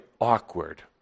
awkward